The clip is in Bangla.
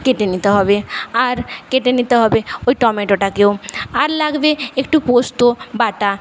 কেটে নিতে হবে আর কেটে নিতে হবে ওই টমেটোটাকেও আর লাগবে একটু পোস্ত বাটা